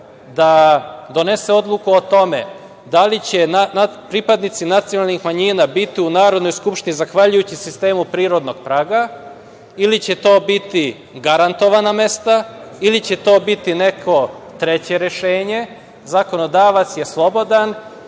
da donese odluku o tome da li će pripadnici nacionalnih manjina biti u Narodnoj skupštini zahvaljujući sistemu prirodnog praga ili će to biti garantovana mesta ili će to biti neko treće rešenje. Zakonodavac je slobodan